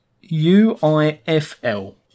U-I-F-L